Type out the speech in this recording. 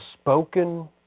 spoken